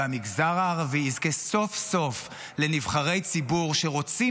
והמגזר הערבי יזכה סוף-סוף לנבחרי ציבור שרוצים